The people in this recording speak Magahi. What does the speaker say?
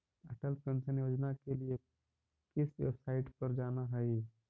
अटल पेंशन योजना के लिए किस वेबसाईट पर जाना हई